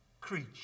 creature